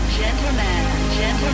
gentlemen